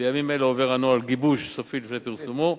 בימים אלה עובר הנוהל גיבוש סופי לפני פרסומו,